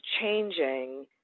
changing